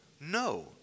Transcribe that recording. no